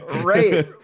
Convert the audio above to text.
right